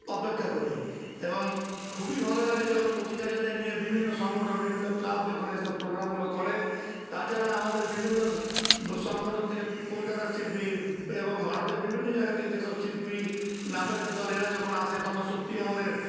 অপেক্ষা করি এবং খুবই ভালো লাগে যখন কচিকাঁচাদের নিয়ে বিভিন্ন সংগঠন বিভিন্ন ক্লাব যখন এসব প্রোগ্রামগুলো করে তাছাড়া আমাদের বিভিন্ন সংগঠন থেকে কলকাতা শিল্পী এবং ভারতের বিভিন্ন জায়গা থেকে যেসব শিল্পী নাটকের দল এরা যখন আসে তখন সত্যি আমাদের